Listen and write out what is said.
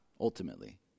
ultimately